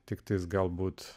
tiktais galbūt